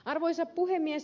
arvoisa puhemies